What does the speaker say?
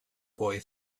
boy